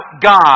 God